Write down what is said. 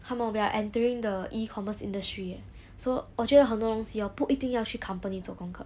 come on we are entering the e-commerce industry eh so 我觉得很多东西 hor 不一定要去 company 做功课